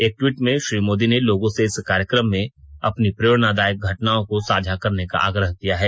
एक ट्वीट में श्री मोदी ने लोगों से इस कार्यक्रम में अपनी प्रेरणादायक घटनाओं को साझा करने का आग्रह किया है